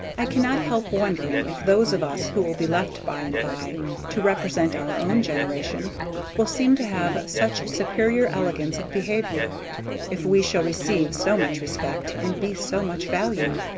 i cannot help wondering if those of us who will be left by and by to represent our own generation will seem to have such superior elegance of behavior if we shall receive so much respect and be so much valued.